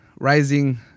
rising